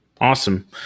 Awesome